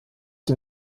den